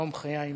חלום חיי מתגשם,